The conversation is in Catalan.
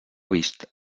vist